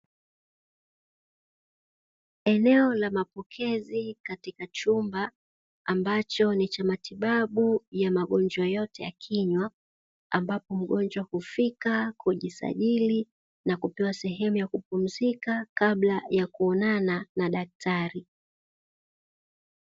Eneo la mapokezi katika chumba ambacho ni cha matibabu ya magonjwa yote ya kinywa, ambapo mgonjwa hufika kujisajili na kupewa sehemu ya kupumzika kabla ya kuonana na daktari.